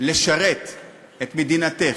לשרת את מדינתך,